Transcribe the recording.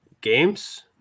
games